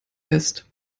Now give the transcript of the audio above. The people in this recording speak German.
fest